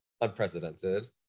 unprecedented